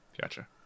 gotcha